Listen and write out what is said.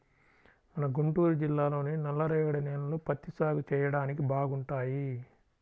మన గుంటూరు జిల్లాలోని నల్లరేగడి నేలలు పత్తి సాగు చెయ్యడానికి బాగుంటాయి